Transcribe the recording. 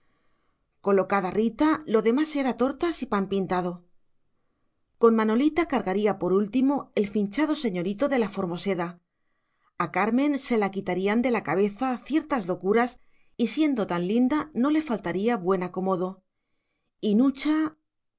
colocada rita lo demás era tortas y pan pintado con manolita cargaría por último el finchado señorito de la formoseda a carmen se le quitarían de la cabeza ciertas locuras y siendo tan linda no le faltaría buen acomodo y nucha